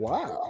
Wow